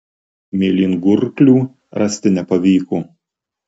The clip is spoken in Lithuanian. mėlyngurklių rasti nepavyko